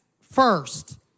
first